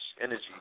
energy